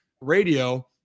radio